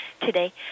today